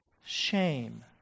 shame